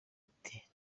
ati